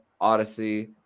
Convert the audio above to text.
odyssey